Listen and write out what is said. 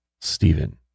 Stephen